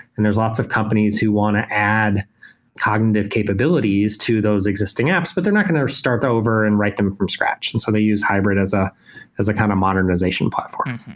and there're lots of companies who want to add cognitive capabilities to those existing apps, but they're not going to start over and write them from scratch, and so they use hybrid as ah as a kind of modernization platform.